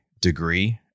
degree